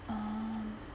uh